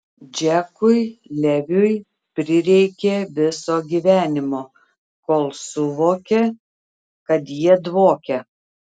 džekui leviui prireikė viso gyvenimo kol suvokė kad jie dvokia